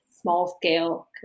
small-scale